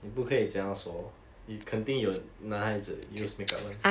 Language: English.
你不可以这样说你肯定有男孩子 use makeup [one]